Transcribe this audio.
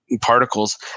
particles